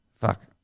Fuck